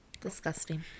Disgusting